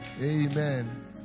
Amen